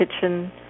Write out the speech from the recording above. Kitchen